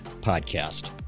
podcast